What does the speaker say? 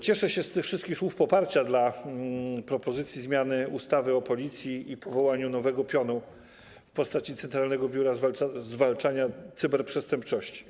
Cieszę się z tych wszystkich słów poparcia dla propozycji zmiany ustawy o Policji i powołaniu nowego pionu w postaci Centralnego Biura Zwalczania Cyberprzestępczości.